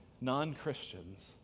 non-Christians